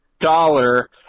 dollar